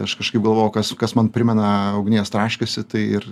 aš kažkaip galvojau kas kas man primena ugnies traškesį tai ir